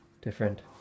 different